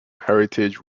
heritage